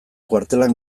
kuartelak